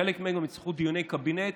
וחלק מהם גם יצריכו דיוני קבינט,